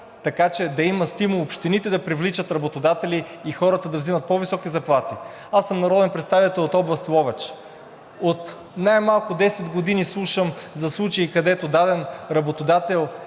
Така че да имат стимул общините да привличат работодатели и хората да взимат по-високи заплати. Аз съм народен представител от област Ловеч. От най-малко 10 години слушам за случаи, където даден работодател